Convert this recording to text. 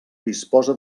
disposa